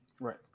Right